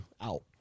out